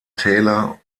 täler